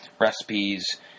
recipes